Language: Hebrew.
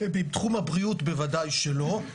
בתחום הבריאות בוודאי שלא,